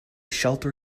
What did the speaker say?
shelter